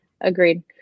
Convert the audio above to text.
Agreed